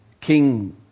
King